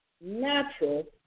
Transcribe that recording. natural